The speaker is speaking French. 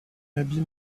habits